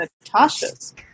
Natasha's